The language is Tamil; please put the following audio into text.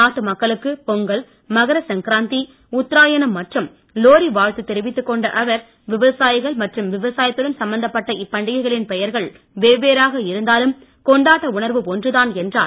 நாட்டு மக்களுக்கு பொங்கல் மகரசங்கராந்தி உத்தராயணம் மற்றம் லோரி வாழ்த்து தெரிவித்துக் கொண்ட அவர் விவசாயிகள் மற்றும் விவசாயத்துடன் சம்பந்தப்பட்ட இப்பண்டிகைகளின் பெயர்கள் வெவ்வேறாக கொண்டாட்ட உணர்வு ஒன்றுதான் என்றார்